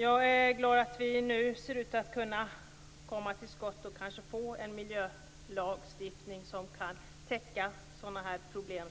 Jag är glad att det nu ser ut som om vi kan komma till skott och kanske få en miljölagstiftning som kan täcka sådana här problem.